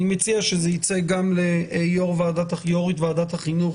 אני מציע שזה ייצא גם ליו"רית ועדת החינוך